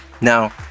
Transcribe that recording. now